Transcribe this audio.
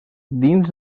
dins